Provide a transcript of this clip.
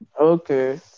Okay